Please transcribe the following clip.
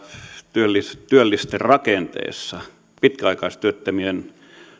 työllisten työllisten rakenteessa pitkäaikaistyöttömien